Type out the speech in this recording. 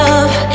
Love